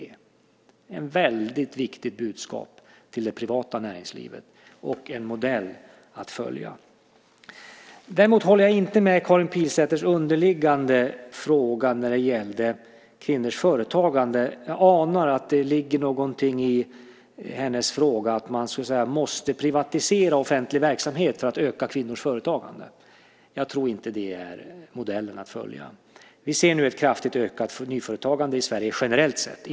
Det är ett väldigt viktigt budskap till det privata näringslivet och en modell att följa. Däremot håller jag inte med när det gäller Karin Pilsäters underliggande fråga om kvinnors företagande. Jag anar att det ligger någonting i hennes fråga om att man måste privatisera offentlig verksamhet för att öka kvinnors företagande. Jag tror inte att det är modellen att följa. Vi ser nu ett kraftigt ökat nyföretagande i Sverige, generellt sett.